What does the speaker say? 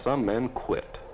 some men quit